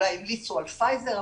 אולי המליצו על פייזר,